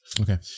okay